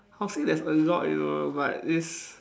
I will say there's a lot you know but it's